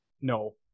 no